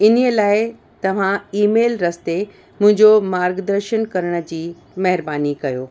इन ई लाइ तव्हां ईमेल रस्ते मुंहिंजो मार्गदर्शन करण जी महिरबानी कयो